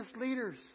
leaders